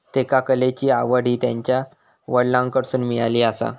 त्येका कलेची आवड हि त्यांच्या वडलांकडसून मिळाली आसा